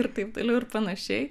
ir taip toliau ir panašiai